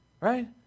right